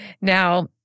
Now